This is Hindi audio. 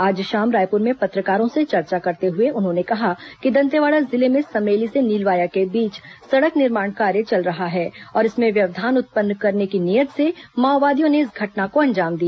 आज शाम रायपुर में पत्रकारों से चर्चा करते हुए उन्होंने कहा कि दंतेवाड़ा जिले में समेलो से नीलवाया के बीच सड़क निर्माण कार्य चल रहा है और इसमें व्यवधान उत्पन्न करने की नीयत से ही माओवादियों ने इस घटना को अंजाम दिया